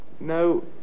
No